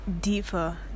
deeper